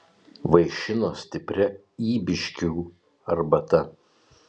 vaišino stipria ybiškių arbata